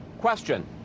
question